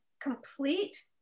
complete